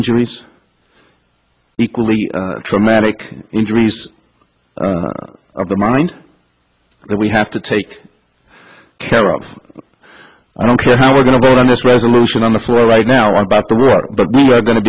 injuries equally traumatic injuries of the mind that we have to take care of i don't care how we're going to vote on this resolution on the floor right now i'm back to work but we are going to